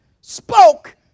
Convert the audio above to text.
spoke